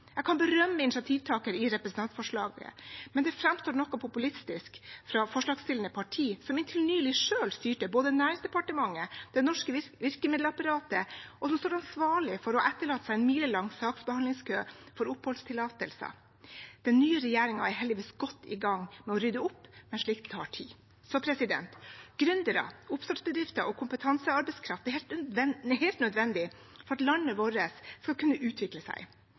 Jeg kan berømme initiativtakeren bak representantforslaget, men det framstår nokså populistisk fra forslagsstillende parti, som inntil nylig selv styrte både Næringsdepartementet og det norske virkemiddelapparatet, og som står ansvarlig for å etterlate seg en milelang saksbehandlingskø for oppholdstillatelser. Den nye regjeringen er heldigvis godt i gang med å rydde opp, men slikt tar tid. Gründere, oppstartsbedrifter og kompetansearbeidskraft er helt nødvendig for at landet vårt skal kunne utvikle seg,